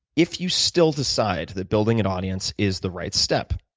if you still decide that building an audience is the right step,